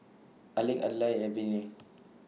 Alec Adlai and Viney